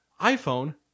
iPhone